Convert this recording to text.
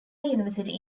university